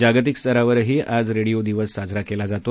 जागतीक स्तरावरही आज रेडिओ दिवस साजरा केला जातो